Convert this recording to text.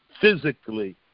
physically